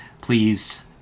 please